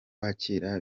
wakira